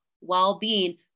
well-being